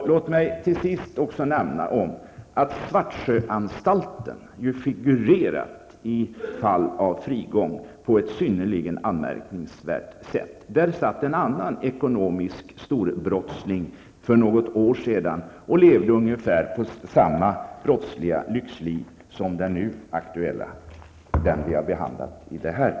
Till sist vill jag nämna att Svartsjöanstalten figurerat i frigångsfall på ett synnerligen anmärkningsvärt sätt. För något år sedan satt där en annan ekonomisk storbrottsling, och han levde ungefär samma brottsliga lyxliv som den person som jag här har tagit upp.